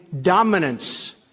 dominance